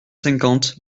cinquante